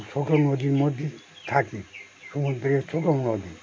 ছোটো নদীর মধ্যে থাকি সমুদ্রের ছোটো নদী